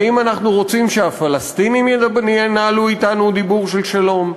האם אנחנו רוצים שהפלסטינים ינהלו אתנו דיבור של שלום?